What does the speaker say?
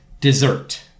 dessert